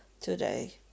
today